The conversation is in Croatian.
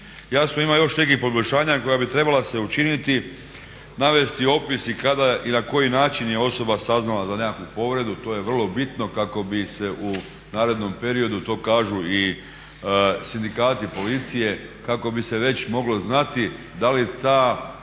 Jasno ima još nekih poboljšanja koja bi trebala se učiniti, navesti opis i kada i na koji način je osoba saznala za neku povredu, to je vrlo bitno kako bi se u narednom periodu, to kažu i sindikati policije kako bi se već moglo znati da li ta prijava